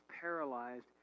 paralyzed